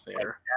fair